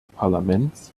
parlaments